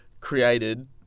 created